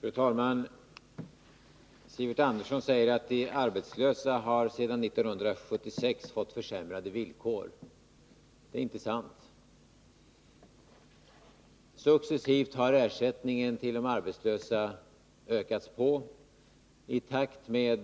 Fru talman! Sivert Andersson säger att de arbetslösa har fått försämrade villkor sedan 1976. Det är inte sant. Successivt har ersättningen till de arbetslösa ökat i takt med